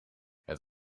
het